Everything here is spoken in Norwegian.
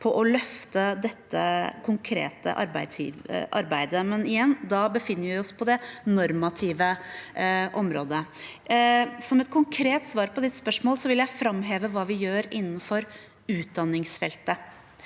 på å løfte dette konkrete arbeidet. Men igjen: Da befinner vi oss på det normative området. Som et konkret svar på representantens spørsmål vil jeg framheve hva vi gjør innenfor utdanningsfeltet.